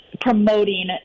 promoting